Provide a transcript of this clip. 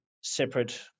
separate